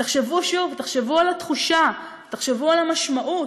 תחשבו, שוב, תחשבו על התחושה, תחשבו על המשמעות.